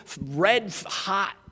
red-hot